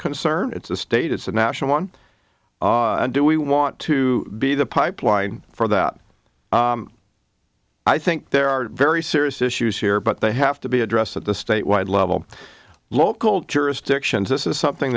concern it's a state it's a national one and do we want to be the pipeline for that i think there are very serious issues here but they have to be addressed at the statewide level local jurisdictions this is something